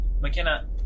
McKenna